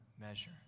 measure